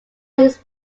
his